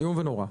איום ונורא.